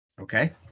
Okay